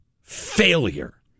failure